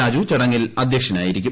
രാജു ചടങ്ങിൽ അധ്യക്ഷനായിരിക്കും